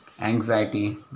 anxiety